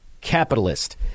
capitalist